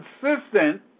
Consistent